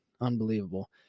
Unbelievable